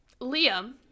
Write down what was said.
Liam